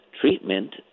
treatment